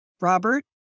Robert